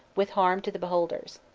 with harm to the beholders.